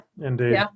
Indeed